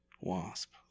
wasp